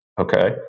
Okay